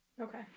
Okay